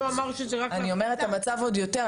אף אחד לא אמר --- אני אומרת שהמצב עוד יותר.